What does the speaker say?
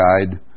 guide